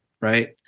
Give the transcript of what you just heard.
Right